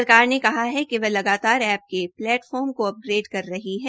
सरकार ने कहा है कि वह लगातार एप्प के प्लेटफार्म को अपग्रेड कर रही है